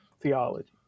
theology